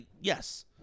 Yes